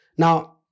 Now